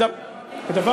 אתה בטוח שזה מה שאמרתי?